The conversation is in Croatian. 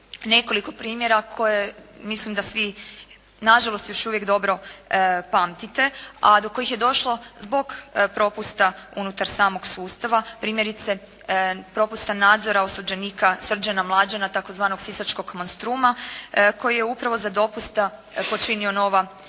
nekoliko primjera koje mislim da svi na žalost još uvijek dobro pamtite, a do kojih je došlo zbog propusta unutar samog sustava primjerice propusta nadzora osuđenika Srđana Mlađana takozvanog sisačkog monstruma koji je upravo za dopusta počinio nova ubojstva.